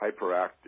hyperactive